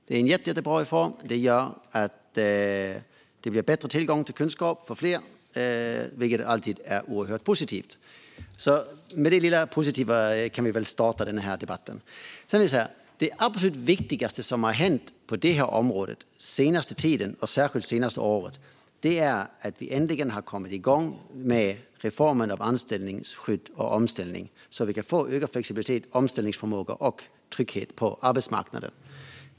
Det är en jättebra reform. Den gör att det blir bättre tillgång till kunskap för fler, vilket alltid är oerhört positivt. Med det lilla positiva kan vi väl starta denna debatt. Sedan vill jag säga: Det absolut viktigaste som har hänt på detta område den senaste tiden, och särskilt det senaste året, är att vi äntligen har kommit igång med reformen om anställningsskydd och omställning, så att vi kan få ökad flexibilitet, omställningsförmåga och trygghet på arbetsmarknaden.